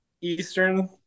Eastern